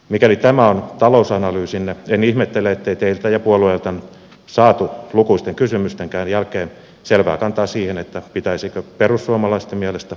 mikäli tämä on talousanalyysinne en ihmettele ettei teistä ja puolueeltanne saatu lukuisten kysymystenkään jälkeen selvää kantaa siihen että pitäisikö perussuomalaisten mielestä